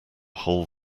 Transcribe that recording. whole